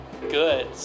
good